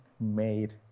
made